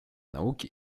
науки